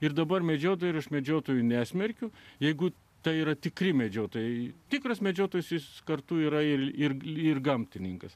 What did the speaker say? ir dabar medžiotojų ir iš medžiotojų nesmerkiu jeigu tai yra tikri medžiotojai tikras medžiotojas jis kartu yra ir ir ir gamtininkas